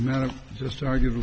matter of just argue